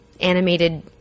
animated